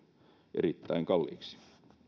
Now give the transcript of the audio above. erittäin kalliiksi